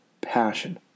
passion